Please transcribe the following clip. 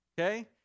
Okay